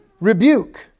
Rebuke